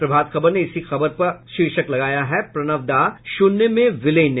प्रभात खबर ने इसी खबर का शीर्षक लगाया है प्रणब दा शून्य में विलीन